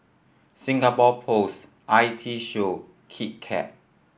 Singapore Post I T Show Kit Kat